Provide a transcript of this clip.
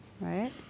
right